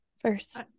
first